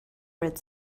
red